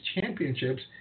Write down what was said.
championships